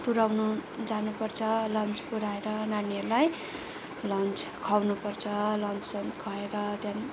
पुऱ्याउनु जानुपर्छ लन्च पुऱ्याएर नानीहरूलाई लन्च खुवाउनुपर्छ लन्चहरू खुवाएर त्यहाँदेखि